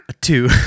two